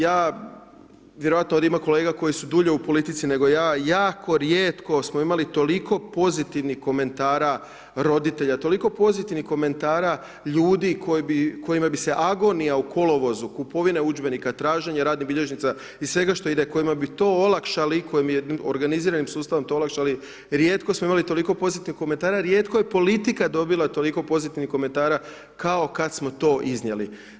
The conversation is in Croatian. Ja, vjerojatno ovdje ima kolega koji su dulje u politici nego ja, jako rijetko smo imali toliko pozitivnih komentara roditelja, toliko pozitivnih komentara ljudi kojima bi se agonija u kolovozu kupovine udžbenika, traženja radnih bilježnica i svega što ide, kojima bi to olakšali i kojim jednim organiziranim sustavom bi to olakšali rijetko smo imali toliko pozitivnih komentara i rijetko je politika dobila toliko pozitivnih komentara kao kada smo to iznijeli.